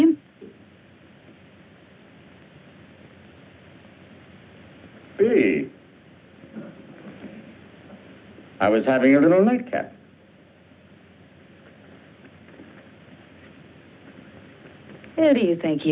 him